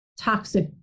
toxic